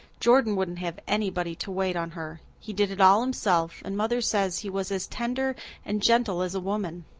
jordan wouldn't have anybody to wait on her. he did it all himself and mother says he was as tender and gentle as a woman.